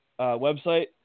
website